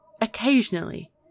occasionally